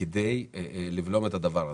כדי לבלום את הדבר הזה.